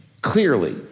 clearly